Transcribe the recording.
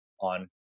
on